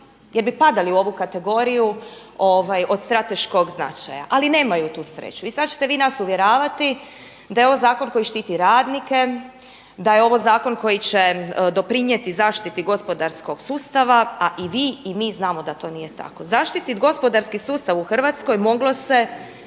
jer bi padali u ovu kategoriju od strateškog značaja, ali nemaju tu sreću i sada ćete vi nas uvjeravati da je ovo zakon koji štiti radnike, da je ovo zakon koji će doprinijeti zaštiti gospodarskog sustava a i vi, i mi znamo da to nije tako. Zaštiti gospodarski sustav u Hrvatskoj moglo se